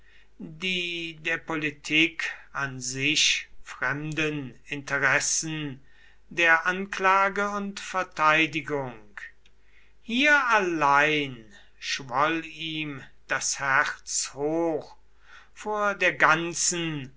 die der politik an sich fremden interessen der anklage und verteidigung hier allein schwoll ihm das herz hoch vor der ganzen